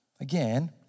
Again